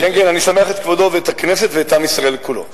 אני אשמח את כבודו, ואת הכנסת, ואת עם ישראל כולו.